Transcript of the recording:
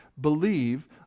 Believe